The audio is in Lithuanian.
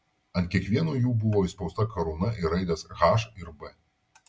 ant kiekvieno jų buvo įspausta karūna ir raidės h ir b